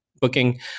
booking